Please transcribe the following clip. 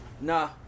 Nah